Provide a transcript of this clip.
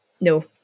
No